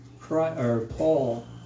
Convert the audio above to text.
Paul